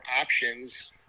options